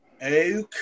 Okay